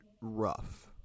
rough